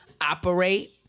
operate